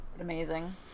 amazing